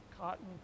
cotton